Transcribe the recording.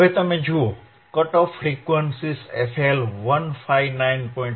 હવે તમે જુઓ કટ ઓફ ફ્રીક્વન્સીઝ fL 159